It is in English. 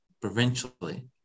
provincially